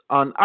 on